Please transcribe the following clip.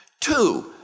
Two